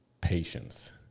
patience